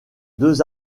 deux